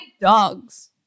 Dogs